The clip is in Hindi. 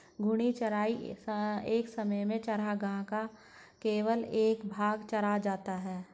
घूर्णी चराई एक समय में चरागाह का केवल एक भाग चरा जाता है